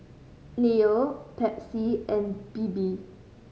Leo Pepsi and Bebe